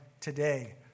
today